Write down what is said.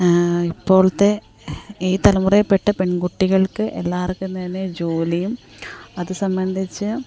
ഇപ്പോഴത്തെ ഈ തലമുറയിൽപെട്ട പെൺകുട്ടികൾക്ക് എല്ലാവർക്കും തന്നെ ജോലിയും അത് സംബന്ധിച്ചു